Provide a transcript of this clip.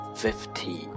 fifty